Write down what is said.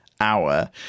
hour